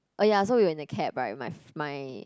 uh ya so we were in the cab right my friends